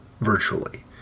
virtually